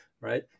right